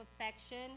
affection